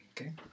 Okay